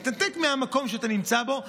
מתנתק מהמקום שאתה נמצא בו,